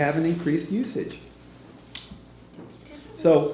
have an increased usage so